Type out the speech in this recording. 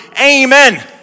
Amen